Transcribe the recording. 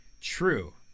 True